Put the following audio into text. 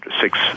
six